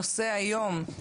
הנושא היום: